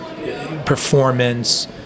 performance